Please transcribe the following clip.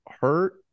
hurt